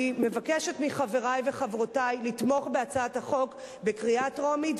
אני מבקשת מחברי וחברותי לתמוך בהצעת החוק בקריאה טרומית,